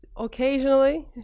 Occasionally